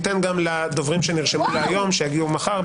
ניתן גם לדוברים שנרשמו להיום ויגיעו מחר.